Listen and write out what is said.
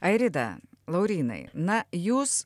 airida laurynai na jūs